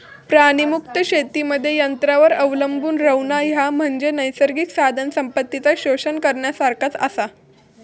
प्राणीमुक्त शेतीमध्ये यंत्रांवर अवलंबून रव्हणा, ह्या म्हणजे नैसर्गिक साधनसंपत्तीचा शोषण करण्यासारखाच आसा